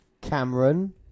Cameron